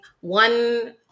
one